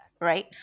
right